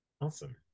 Awesome